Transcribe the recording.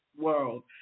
world